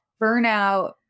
burnout